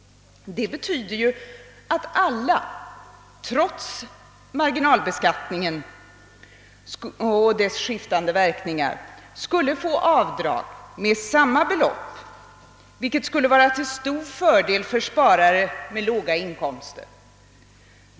Det betyder ju att alla — trots marginalbeskattningen och dess skiftande verkningar — skulle få avdrag med samma belopp, vilket skulle vara till stor fördel för sparare med låga inkomster.